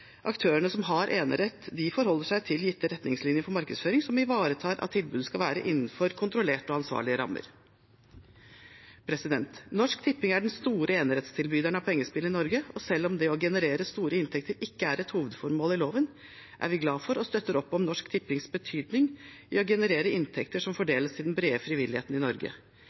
gitte retningslinjer for markedsføring som ivaretar at tilbudet skal være innenfor kontrollerte og ansvarlige rammer. Norsk Tipping er den store enerettstilbyderen av pengespill i Norge, og selv om det å generere store inntekter ikke er et hovedformål i loven, er vi glad for og støtter opp om Norsk Tippings betydning i å generere inntekter som fordeles til den brede frivilligheten i Norge.